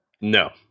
No